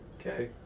Okay